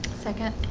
second